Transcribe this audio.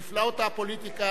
נפלאות הפוליטיקה,